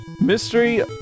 Mystery